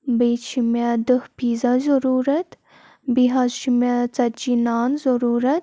بیٚیہِ چھِ مےٚ دَہ پیٖزا ضٔروٗرَت بیٚیہِ حظ چھِ مےٚ ژَتجی نان ضٔروٗرَت